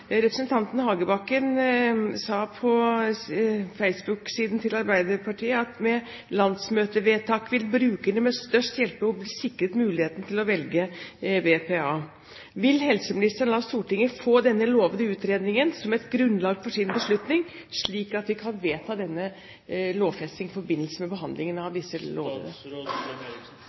Representanten Hagebakken sa på Facebook-siden til Arbeiderpartiet: «Med landsmøtevedtaket vil brukerne med størst hjelpebehov bli sikret muligheten til å velge BPA.» Vil helseministeren la Stortinget få denne lovte utredningen som et grunnlag for sin beslutning, slik at vi kan vedta denne lovfestingen i forbindelse med behandlingen av